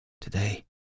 today